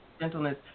gentleness